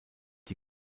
die